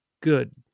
good